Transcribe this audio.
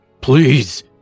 Please